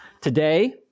today